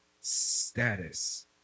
status